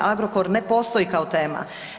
Agrokor ne postoji kao tema.